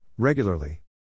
Regularly